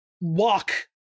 walk